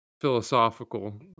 philosophical